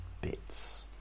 bits